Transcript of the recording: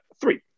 three